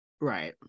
right